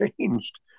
changed